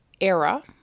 era